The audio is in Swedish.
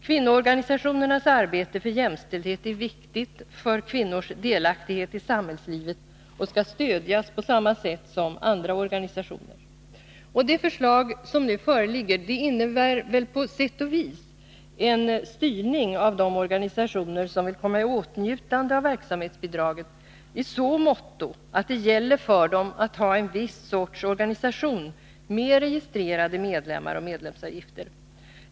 Kvinnoorganisationernas arbete för jämställdhet är viktigt för kvinnors delaktighet i samhällslivet, och kvinnoorganisationerna skall stödjas på samma sätt som andra organisationer. Det förslag som nu föreligger innebär väl på sätt och vis en styrning av de organisationer som vill komma i åtnjutande av verksamhetsbidraget i så måtto att det gäller för dem att ha en viss sorts organisation med registrerade medlemmar och medlemsavgifter.